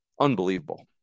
unbelievable